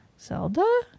Zelda